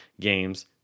games